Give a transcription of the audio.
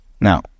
Now